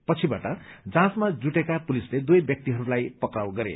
पछिबाट जाँचमा जुटेका पुलिसले दुवै व्यक्तिहरूलाई पक्राउ गरे